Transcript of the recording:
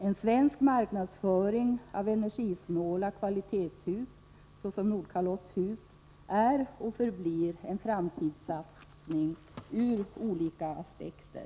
En svensk marknadsföring av energisnåla kvalitetshus såsom Nordkalotthus är och förblir en framtidssatsning, ur många olika aspekter.